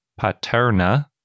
Paterna